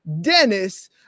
Dennis